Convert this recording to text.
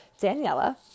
Daniela